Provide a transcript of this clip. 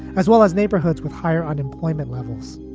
as well as neighborhoods with higher unemployment levels.